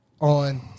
on